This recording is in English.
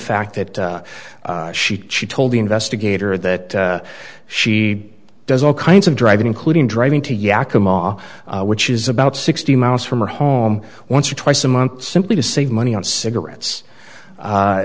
fact that she she told the investigator that she does all kinds of driving including driving to yakima which is about sixty miles from her home once or twice a month simply to save money on cigarettes